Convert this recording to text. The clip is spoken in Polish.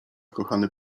kochany